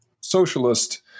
socialist